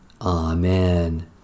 Amen